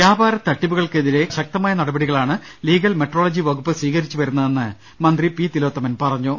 വ്യാപാരത്തട്ടിപ്പുകൾക്കെതിരെ ശക്തമായ നടപടികളാണ് legal metrology വകുപ്പ് സ്വീകരിച്ച് വരുന്നതെന്ന് മന്ത്രി പി തിലോത്തമൻ പറഞ്ഞു